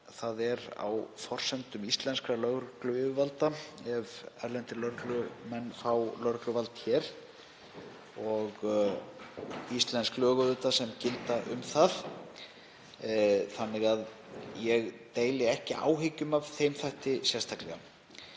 það er á forsendum íslenskra lögregluyfirvalda ef erlendir lögreglumenn fá lögregluvald hér og íslensk lög sem gilda um það. Ég deili því ekki áhyggjum af þeim þætti sérstaklega.